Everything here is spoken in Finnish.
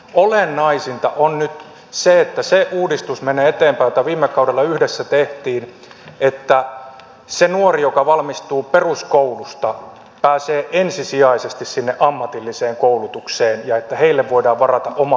olennaisinta on nyt se että se uudistus menee eteenpäin jota viime kaudella yhdessä tehtiin että se nuori joka valmistuu peruskoulusta pääsee ensisijaisesti sinne ammatilliseen koulutukseen ja että heille voidaan varata oma kiintiö